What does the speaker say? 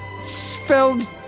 spelled